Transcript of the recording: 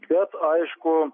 bet aišku